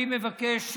אני מבקש,